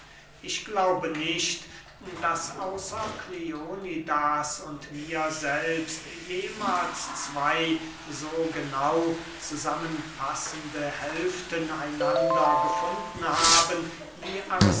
ich glaube nicht daß außer kleonidas und mir selbst jemahls zwey so genau zusammen passende hälften einander gefunden haben wie